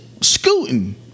scooting